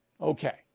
Okay